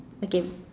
okay